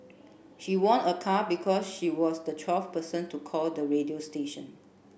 she won a car because she was the twelfth person to call the radio station